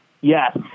Yes